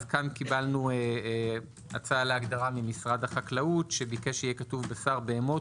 כאן קיבלנו הצעה להגדרה ממשרד החקלאות שביקש שיהיה כתוב: בשר בהמות,